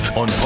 on